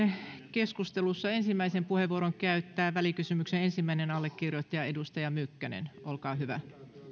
keskustelussa ensimmäisen puheenvuoron käyttää välikysymyksen ensimmäinen allekirjoittaja edustaja mykkänen olkaa hyvä